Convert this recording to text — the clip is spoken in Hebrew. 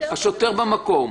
השוטר במקום.